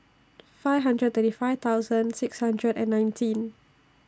five hundred thirty five thousand six hundred and nineteen